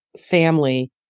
family